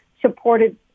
supported